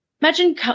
Imagine